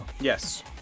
Yes